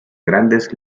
grandes